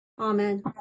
Amen